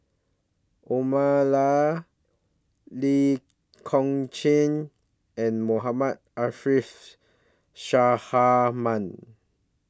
Omar Lee Kong Chian and Mohammad Arif